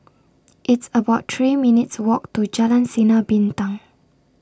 It's about three minutes' Walk to Jalan Sinar Bintang